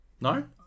No